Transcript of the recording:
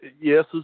yes